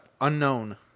Unknown